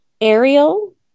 Ariel